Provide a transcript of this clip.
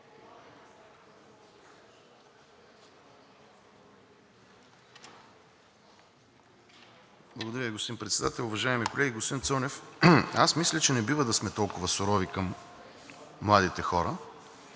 Благодаря Ви, господин Председател. Уважаеми колеги! Господин Цонев, мисля, че не бива да сме толкова сурови към младите хора.